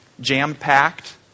jam-packed